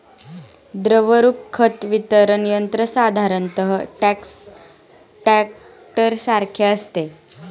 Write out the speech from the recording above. द्रवरूप खत वितरण यंत्र साधारणतः टँकरसारखे असते